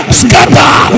scatter